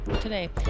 today